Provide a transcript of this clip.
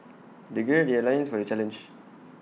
they gird their loins for the challenge